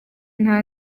nta